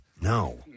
no